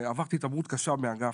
עברתי התעמרות קשה מהאגף,